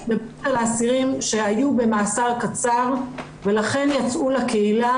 אני מדברת על אסירים שהיו במאסר קצר ולכן יצאו לקהילה